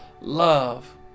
Love